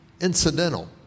incidental